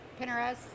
Pinterest